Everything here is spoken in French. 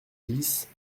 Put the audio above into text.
dix